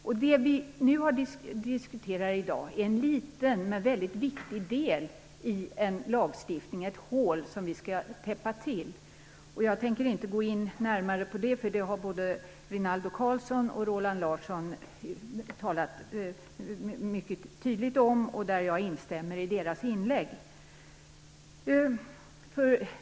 Det som vi i dag diskuterar är en liten men en väldigt viktig del i en lagstiftning, nämligen ett hål som vi skall täppa till. Jag tänker inte närmare gå in på det, eftersom både Rinaldo Karlsson och Roland Larsson mycket tydligt har talat om detta. Jag instämmer därför i deras inlägg.